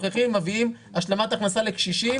מביאים השלמת הכנסה לקשישים,